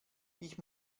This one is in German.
ich